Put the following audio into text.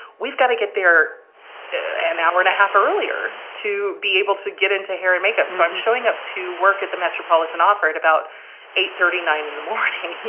we've got to get there an hour and a half earlier to be able to get into hair and makeup. so i'm showing up to work at the metropolitan opera at about eight thirty, nine zero in the morning, he